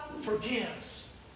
forgives